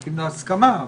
בהסכמה,